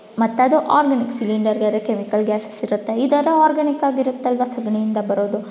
ಮತ್ತು ಅದು organic cylinder ಬೇರೆ ಕೆಮಿಕಲ್ ಗ್ಯಾಸಸ್ಸಿರುತ್ತೆ ಇದಾದರೆ ಆರ್ಗಾನಿಕ್ ಆಗಿರುತ್ತಲ್ವ ಸೆಗಣಿಯಿಂದ ಬರೋದು